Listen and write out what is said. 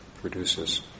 produces